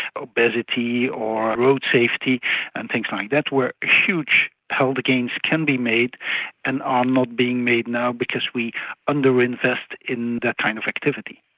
obesity or road safety and things like that where huge health gains can be made and are not being made now because we under-invest in that kind of activity.